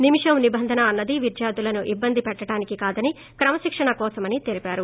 నిమిషం నిబంధన అన్నది విద్యార్దులను ఇబ్బంది పెట్లడానికి కాదని క్రమశిక్షణ కోసమని తెలిపారు